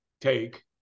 take